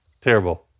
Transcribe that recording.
terrible